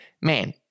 man